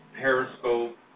Periscope